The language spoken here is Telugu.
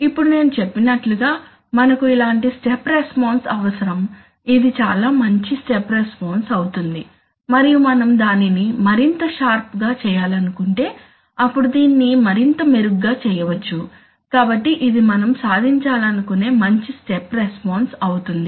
ఇప్పుడు నేను చెప్పినట్లుగా మనకు ఇలాంటి స్టెప్ రెస్పాన్స్ అవసరం ఇది చాలా మంచి స్టెప్ రెస్పాన్స్ అవుతుంది మరియు మనం దానిని మరింత షార్ప్ గా చేయాలనుకుంటే అప్పుడు దీన్ని మరింత మెరుగ్గా చేయవచ్చు కాబట్టి ఇది మనం సాధించాలనుకునే మంచి స్టెప్ రెస్పాన్స్ అవుతుంది